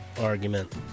argument